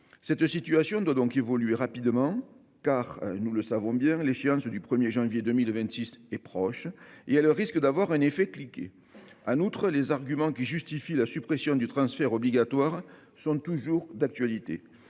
Cette situation doit donc évoluer rapidement : l'échéance du 1 janvier 2026 est proche et risque de provoquer un effet cliquet. En outre, les arguments qui justifient la suppression du transfert obligatoire sont toujours d'actualité.